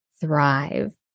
thrive